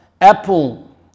Apple